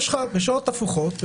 בשעות הפוכות יש לך,